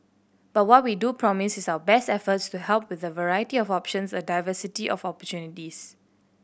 but what we do promise is our best efforts to help with a variety of options a diversity of opportunities